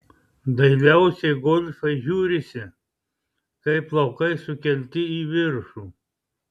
dailiausiai golfai žiūrisi kai plaukai sukelti į viršų